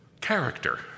character